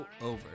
over